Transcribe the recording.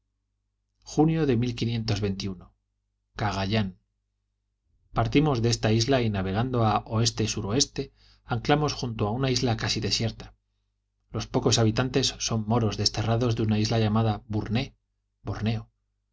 cagayán partimos de esta isla y navegando al oestesuroeste anclamos junto a una isla casi desierta los pocos habitantes son moros desterrados de una isla llamada burné borneo